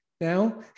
now